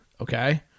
Okay